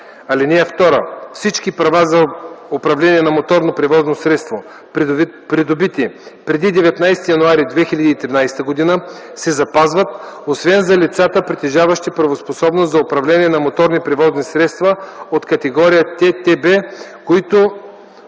АМ. (2) Всички права за управление на моторно превозно средство, придобити преди 19 януари 2013 г., се запазват, освен за лицата, притежаващи правоспособност за управление на моторни превозни средства от категория Ттб, които